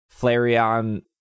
Flareon